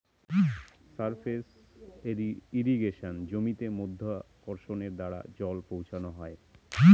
surface ইর্রিগেশনে জমিতে মাধ্যাকর্ষণের দ্বারা জল পৌঁছানো হয়